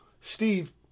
Steve